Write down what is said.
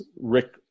Rick